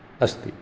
अस्ति